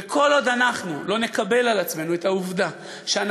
וכל עוד לא נקבל על עצמנו את העובדה שאנחנו